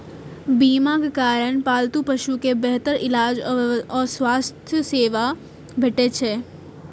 बीमाक कारण पालतू पशु कें बेहतर इलाज आ स्वास्थ्य सेवा भेटैत छैक